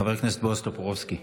חבר הכנסת בועז טופורובסקי,